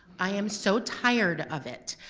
i am so tired of it,